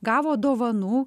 gavo dovanų